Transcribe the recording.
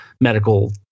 medical